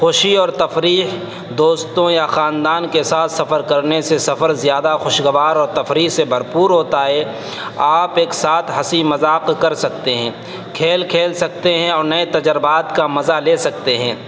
خوشی اور تفریح دوستوں یا خاندان کے ساتھ سفر کرنے سے سفر زیادہ خوشگوار اور تفریح سے بھرپور ہوتا ہے آپ ایک ساتھ ہنسی مذاق کر سکتے ہیں کھیل کھیل سکتے ہیں اور نئے تجربات کا مزہ لے سکتے ہیں